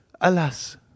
Alas